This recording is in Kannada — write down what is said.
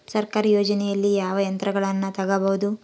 ಸರ್ಕಾರಿ ಯೋಜನೆಗಳಲ್ಲಿ ಯಾವ ಯಂತ್ರಗಳನ್ನ ತಗಬಹುದು?